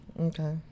Okay